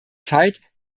zeit